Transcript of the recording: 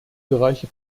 bereiche